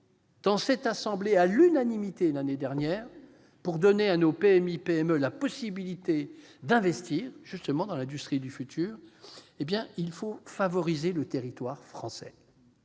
dans cette assemblée, à l'unanimité, l'année dernière, pour donner à nos PME-PMI la possibilité d'investir dans l'industrie du futur. Il faut favoriser le territoire français